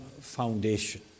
foundation